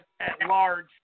at-large